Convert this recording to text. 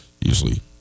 usually